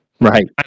right